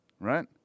right